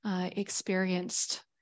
experienced